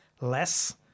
less